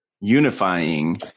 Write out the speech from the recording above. unifying